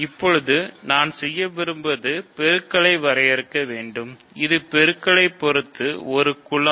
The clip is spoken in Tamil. இப்போது நான் செய்ய விரும்புவது பெருக்கலை வரையறுக்க வேண்டும் இது பெருக்கலை பொறுத்து ஒரு குலம்